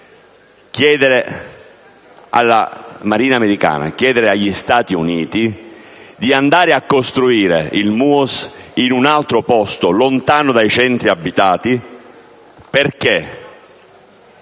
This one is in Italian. chiedere alla Marina americana e agli Stati Uniti di andare a costruire il MUOS in un altro posto, lontano dai centri abitati perché,